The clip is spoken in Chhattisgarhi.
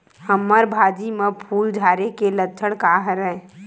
हमर भाजी म फूल झारे के लक्षण का हरय?